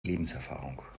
lebenserfahrung